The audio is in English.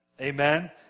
Amen